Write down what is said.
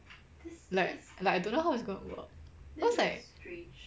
like like I don't know how it's going to work cause like